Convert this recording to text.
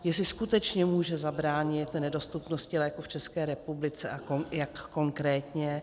Jestli skutečně může zabránit nedostupnosti léků v České republice a jak konkrétně?